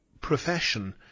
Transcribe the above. profession